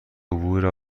عبور